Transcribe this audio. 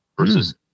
versus